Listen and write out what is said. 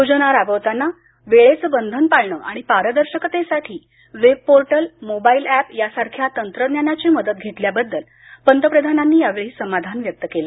योजना राबवताना वेळेचं बंधन पाळणं आणि पारदर्शकतेसाठी वेब पोर्टल मोबाईल अॅप यासारख्या तंत्रज्ञानाची मदत घेतल्याबद्दल पंतप्रधानांनी यावेळी समाधान व्यक्त केलं